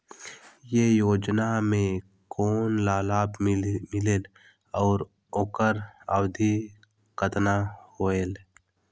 ये योजना मे कोन ला लाभ मिलेल और ओकर अवधी कतना होएल